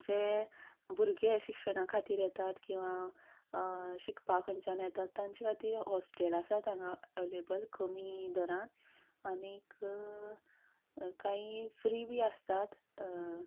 जें भुरगें शिक्षणा खातीर येतात किंवां शिकपाक खंयच्यान येतात तांचें खातीर हॉस्टेल आसात हांगां अवलेबल कमी दराक आनीक कांयी फ्री बी आसतात